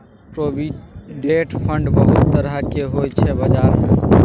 provident fund बहुत तरहक होइ छै बजार मे